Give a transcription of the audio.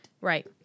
right